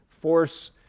force